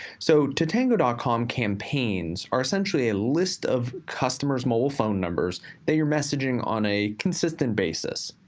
so tatango dot com campaigns are essentially a list of customer's mobile phone numbers that you're messaging on a consistent basis.